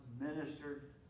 ministered